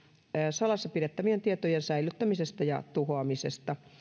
salassa pidettävien tietojen säilyttämisestä ja tuhoamisesta